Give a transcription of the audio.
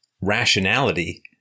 rationality